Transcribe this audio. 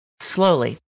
Slowly